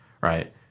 right